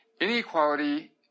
inequality